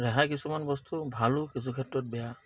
ৰেহাই কিছুমান বস্তু ভালো কিছু ক্ষেত্ৰত বেয়া